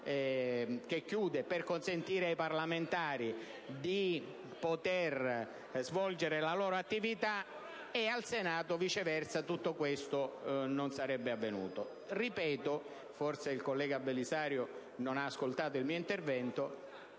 chiude per consentire ai deputati di poter svolgere la loro attività, e il Senato dove, viceversa, tutto questo non sarebbe avvenuto. Forse, il collega Belisario non ha ascoltato il mio intervento...